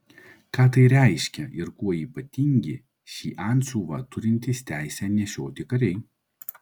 ką tai reiškia ir kuo ypatingi šį antsiuvą turintys teisę nešioti kariai